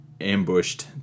ambushed